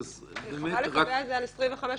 חבל לקבע את זה על 25%,